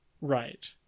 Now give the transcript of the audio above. Right